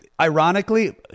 Ironically